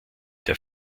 der